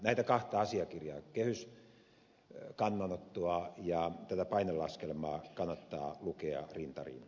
näitä kahta asiakirjaa kehyskannanottoa ja tätä painelaskelmaa kannattaa lukea rinta rinnan